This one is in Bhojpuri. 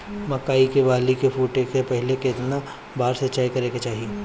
मकई के बाली फूटे से पहिले केतना बार सिंचाई करे के चाही?